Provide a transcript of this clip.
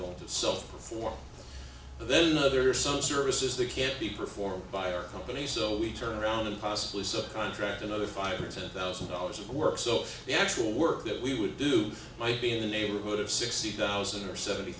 going to self perform then there are some services that can't be performed by your company so we turn around and possibly subcontract another five or ten thousand dollars of work so the actual work that we would do might be in the neighborhood of sixty thousand or seventy